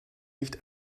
nicht